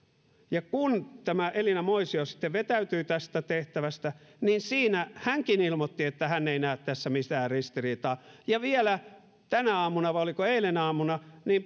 kun tämä elina moisio sitten vetäytyi tästä tehtävästä niin siinä hänkin ilmoitti että hän ei näe tässä mitään ristiriitaa ja vielä tänä aamuna vai oliko eilen aamulla